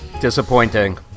disappointing